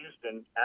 Houston